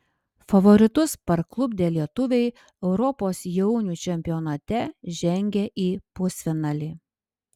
favoritus parklupdę lietuviai europos jaunių čempionate žengė į pusfinalį